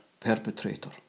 perpetrator